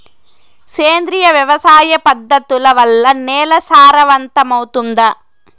సేంద్రియ వ్యవసాయ పద్ధతుల వల్ల, నేల సారవంతమౌతుందా?